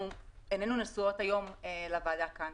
עינינו נשואות היום לוועדה כאן.